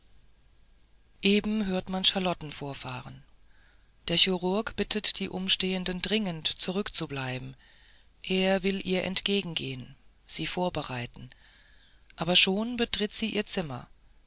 eben hört man charlotten vorfahren der chirurg bittet die umstehenden dringend zurückzubleiben er will ihr entgegnen sie vorbereiten aber schon betritt sie ihr zimmer